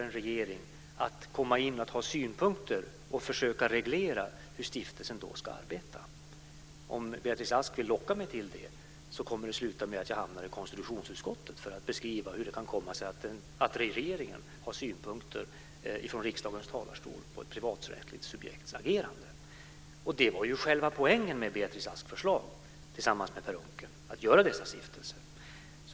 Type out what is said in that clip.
En regering kan inte gå in och ha synpunkter och försöka reglera hur stiftelsen ska arbeta. Om Beatrice Ask vill locka mig till det kommer det att sluta med att jag hamnar i konstitutionsutskottet för att beskriva hur det kan komma sig att regeringen från riksdagens talarstol har synpunkter på ett privaträttsligt subjekts agerande. Själva poängen med Beatrice Asks och Per Unckels förslag var ju att inrätta dessa stiftelser.